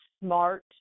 smart